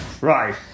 Right